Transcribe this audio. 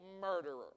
murderer